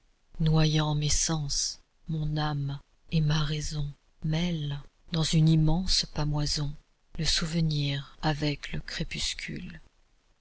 mes sens mon âme et ma raison mêle dans une immense pâmoison le souvenir avec le crépuscule